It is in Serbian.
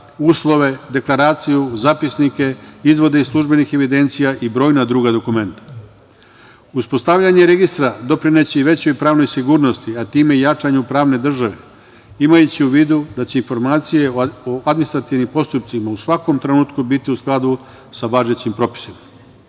uslove, deklaraciju, zapisnike, izvode iz službenih evidencija i brojna druga dokumenta. Uspostavljanje registra doprineće većoj pravnoj sigurnosti, a time i jačanju pravne države, imajući u vidu da će informacije o administrativnim postupcima u svakom trenutku biti u skladu sa važećim propisima.